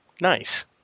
Nice